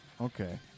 Okay